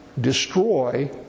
destroy